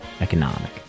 economic